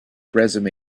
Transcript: resume